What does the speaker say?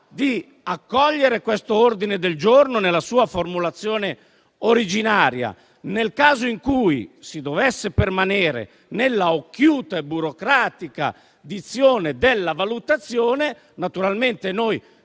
accolga questo ordine del giorno nella sua formulazione originaria. Nel caso in cui si dovesse permanere nella occhiuta e burocratica dizione della valutazione, naturalmente -